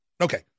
Okay